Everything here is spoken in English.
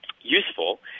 useful